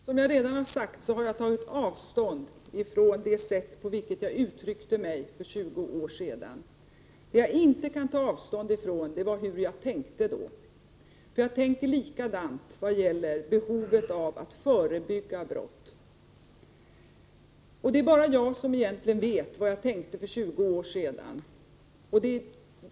Herr talman! Som jag redan sagt har jag tagit avstånd ifrån det sätt på vilket jag uttryckte mig för 20 år sedan. Det jag inte kan ta avstånd ifrån är hur jag tänkte då. Jag tänker likadant i vad gäller behovet av att förebygga brott, och det är bara jag som egentligen vet vad jag tänkte för 20 år sedan.